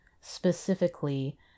specifically